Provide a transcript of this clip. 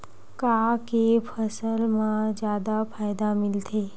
का के फसल मा जादा फ़ायदा मिलथे?